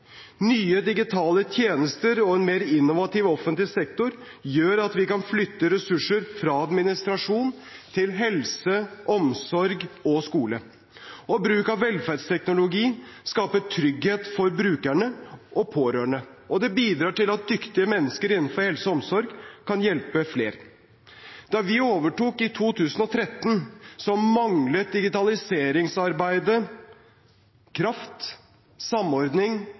Nye digitale tjenester og en mer innovativ offentlig sektor gjør at vi kan flytte ressurser fra administrasjon til helse, omsorg og skole. Bruk av velferdsteknologi skaper trygghet for brukerne og pårørende, og det bidrar til at dyktige mennesker innenfor helse og omsorg kan hjelpe flere. Da vi overtok i 2013, manglet digitaliseringsarbeidet kraft, samordning